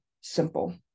simple